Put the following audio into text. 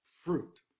fruit